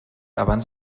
abans